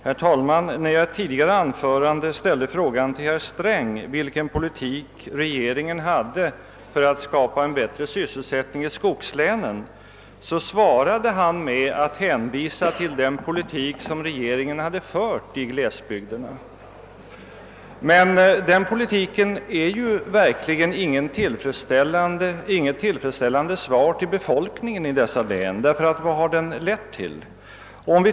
Herr talman! När jag i ett tidigare anförande ställde frågan till herr Sträng, vilken politik regeringen hade för att skapa en bättre sysselsättning i skogslänen, svarade han med att hänvisa till den politik som regeringen hade fört i glesbygderna. Men den politiken är verkligen inget tillfredsställande svar till befolkningen i dessa län. Vad har den lett till?